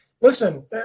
listen